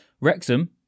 Wrexham